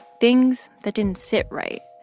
things that didn't sit right.